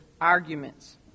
arguments